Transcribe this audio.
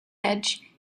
edge